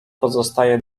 pozostaje